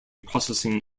processing